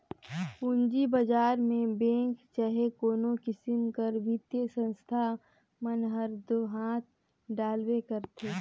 पूंजी बजार में बेंक चहे कोनो किसिम कर बित्तीय संस्था मन हर दो हांथ डालबे करथे